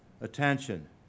attention